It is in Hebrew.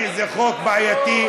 זה חוק בעייתי,